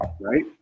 right